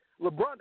LeBron